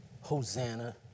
Hosanna